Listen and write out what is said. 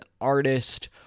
artist